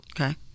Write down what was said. Okay